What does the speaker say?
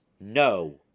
No